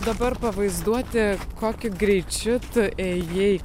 dabar pavaizduoti kokiu greičiu tu ėjai